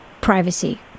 privacy